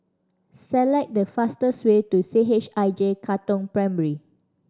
select the fastest way to C H I J Katong Primary